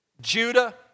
Judah